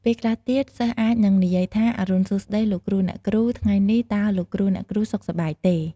ពេលខ្លះទៀត សិស្សអាចនឹងនិយាយថា អរុណសួស្ដី លោកគ្រូ អ្នកគ្រូ ថ្ងៃនេះ តើលោកគ្រូ អ្នកគ្រូសុខសប្បាយទេ?